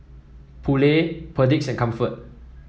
Ppoulet Perdix and Comfort